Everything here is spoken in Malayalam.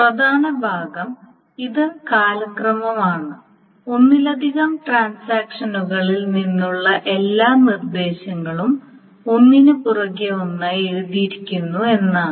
പ്രധാന ഭാഗം ഇത് കാലക്രമമാണ് ഒന്നിലധികം ട്രാൻസാക്ഷനുകളിൽ നിന്നുള്ള എല്ലാ നിർദ്ദേശങ്ങളും ഒന്നിനുപുറകെ ഒന്നായി എഴുതിയിരിക്കുന്നു എന്നാണ്